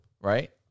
right